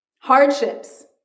hardships